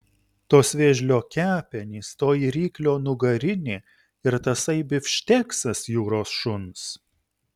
tos vėžlio kepenys toji ryklio nugarinė ir tasai bifšteksas jūros šuns